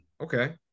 okay